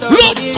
look